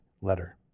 letter